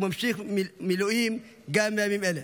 וממשיך במילואים גם בימים אלה.